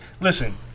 Listen